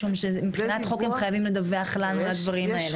משום שמבחינת חוק הם חייבים לדווח לנו על הדברים האלה.